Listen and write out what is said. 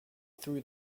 through